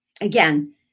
again